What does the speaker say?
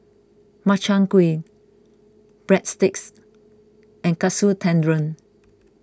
Makchang Gui Breadsticks and Katsu Tendon